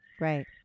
Right